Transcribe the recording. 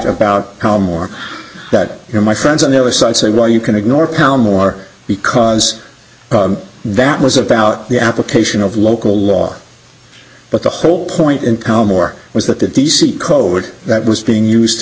about calm or that you know my friends and there was so i say well you can ignore pound more because that was about the application of local law but the whole point income or was that the d c code that was being used to